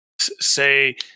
say